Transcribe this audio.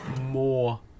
more